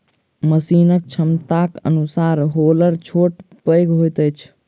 मशीनक क्षमताक अनुसार हौलर छोट पैघ होइत छै